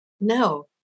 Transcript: no